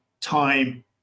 time